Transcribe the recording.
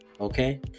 Okay